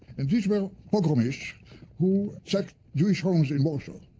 and these were pogromists who sacked jewish homes in warsaw.